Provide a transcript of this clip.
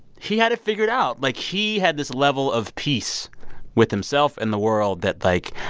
he had it figured out. like, he had this level of peace with himself and the world that, like,